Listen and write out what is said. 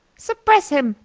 suppress him!